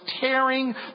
tearing